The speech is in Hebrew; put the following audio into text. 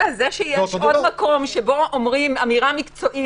זה שיש עוד מקום שבו אומרים אמירה מקצועית